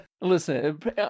Listen